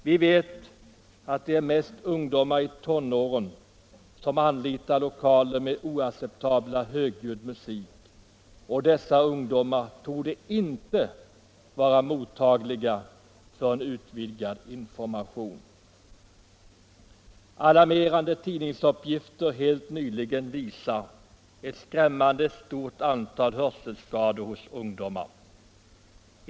Vi vet att det mest är ungdomar i tonåren som anlitar lokaler med oacceptabelt högljudd musik, och dessa ungdomar torde inte vara mottagliga för en utvidgad information. Alarmerande tidningsuppgifter helt nyligen visar ett skrämmande stort antal hörselskador hos ungdomar.